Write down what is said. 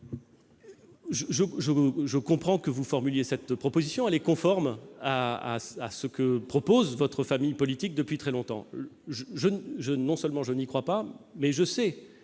Je comprends que vous formuliez cette proposition, car elle est conforme à ce que propose votre famille politique depuis très longtemps. Non seulement je n'y crois pas, mais je sais